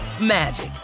magic